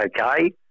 okay